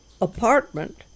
apartment